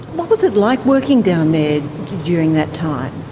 what was it like working down there during that time?